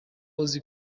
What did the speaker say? uzi